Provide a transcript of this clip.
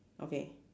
okay